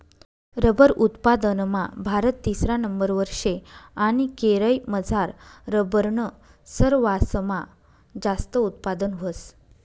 rubber उत्पादनमा भारत तिसरा नंबरवर शे आणि केरयमझार रबरनं सरवासमा जास्त उत्पादन व्हस